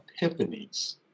epiphanies